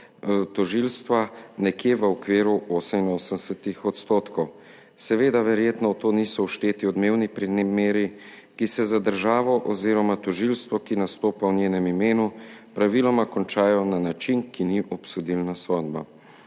tožilstva nekje v okviru 88 %. Seveda verjetno v to niso všteti odmevni primeri, ki se za državo oziroma tožilstvo, ki nastopa v njenem imenu, praviloma končajo na način, ki ni obsodilna sodba.